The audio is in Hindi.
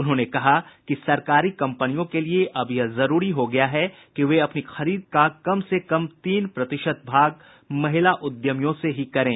उन्होंने कहा कि सरकारी कंपनियों के लिए अब यह जरूरी हो गया है कि वे अपनी खरीद का कम से कम तीन प्रतिशत भाग महिला उद्यमियों से ही करें